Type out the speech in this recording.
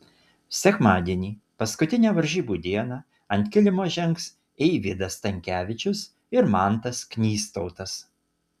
sekmadienį paskutinę varžybų dieną ant kilimo žengs eivydas stankevičius ir mantas knystautas